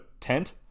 tent